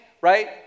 right